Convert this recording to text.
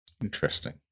interesting